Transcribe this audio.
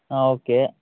okay